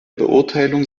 beurteilung